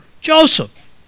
Joseph